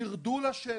תרדו לשטח.